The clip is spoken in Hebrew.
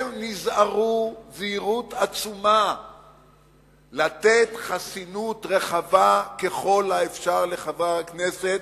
הם נזהרו זהירות עצומה לתת חסינות רחבה ככל האפשר לחבר הכנסת.